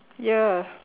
ya